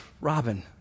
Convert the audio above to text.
Robin